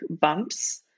bumps